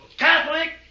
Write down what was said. Catholic